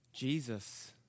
Jesus